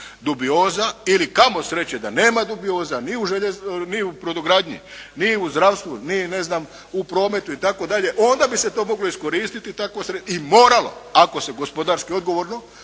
dubioza ili kamo sreće da nema dubioza ni u brodogradnji, ni u zdravstvu ni ne znam u prometu itd. onda bi se to moglo iskoristiti takvo sredstvo i moralo ako se gospodarski odgovorno